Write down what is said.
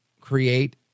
create